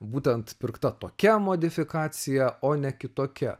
būtent pirkta tokia modifikacija o ne kitokia